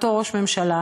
אותו ראש ממשלה,